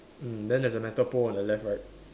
mm then there's a metal pole on the left right